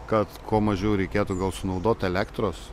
kad kuo mažiau reikėtų gal sunaudot elektros